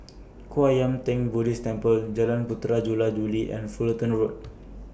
Kwan Yam Theng Buddhist Temple Jalan Puteri Jula Juli and Fullerton Road